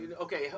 okay